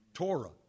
Torah